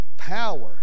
Power